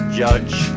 judge